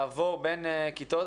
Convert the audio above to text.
לעבור בין כיתות.